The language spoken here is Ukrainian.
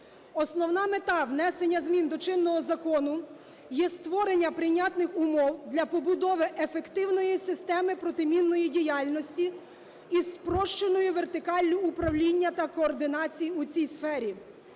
Основна мета внесення змін до чинного закону є створення прийнятних умов для побудови ефективної системи протимінної діяльності із спрощеною вертикаллю управління та координації у цій сфері